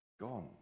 gone